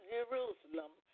Jerusalem